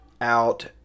out